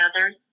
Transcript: others